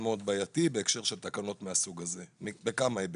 בעייתי בהקשר של תקנות מהסוג הזה וזה בכמה היבטים.